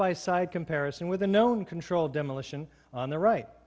by side comparison with the known controlled demolition on the right